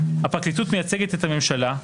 הפרקליטות מייצגת את הממשלה,